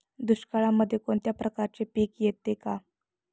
दुष्काळामध्ये कोणत्या प्रकारचे पीक येते का?